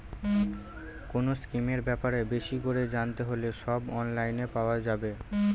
কোনো স্কিমের ব্যাপারে বেশি করে জানতে হলে সব অনলাইনে পাওয়া যাবে